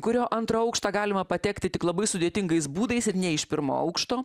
kurio antrą aukštą galima patekti tik labai sudėtingais būdais ir ne iš pirmo aukšto